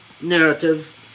narrative